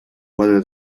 whether